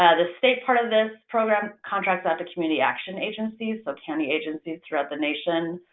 ah the state part of this program contracts out to community action agencies, so county agencies throughout the nation